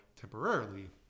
temporarily